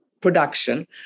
production